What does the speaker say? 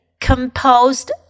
composed